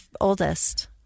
oldest